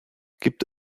gibt